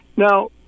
Now